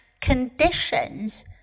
conditions